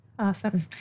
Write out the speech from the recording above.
Awesome